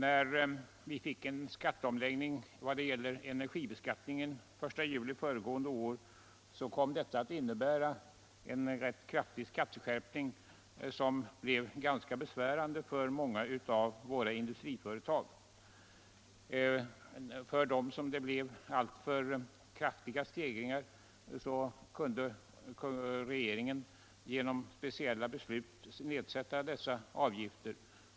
Fru talman! Omläggningen av energibeskattningen den 1 juli föregående år kom att innebära en rätt kraftig skatteskärpning, som blev ganska besvärande för många av våra industriföretag. För dem för vilka stegringarna blev alltför stora kunde regeringen genom speciella beslut nedsätta avgifterna.